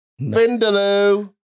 Vindaloo